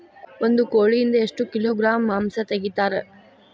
ಒಂದು ಕೋಳಿಯಿಂದ ಎಷ್ಟು ಕಿಲೋಗ್ರಾಂ ಮಾಂಸ ತೆಗಿತಾರ?